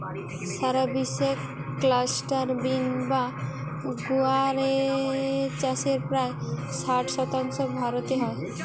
সারা বিশ্বে cluster bean বা গুয়ার এর চাষের প্রায় ষাট শতাংশ ভারতে হয়